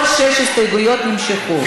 כל שש ההסתייגויות נמשכו.